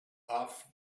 off